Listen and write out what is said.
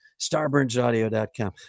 StarburnsAudio.com